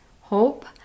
Hope